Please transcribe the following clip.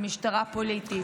למשטרה פוליטית.